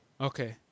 Okay